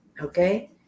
okay